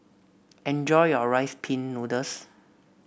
enjoy your Rice Pin Noodles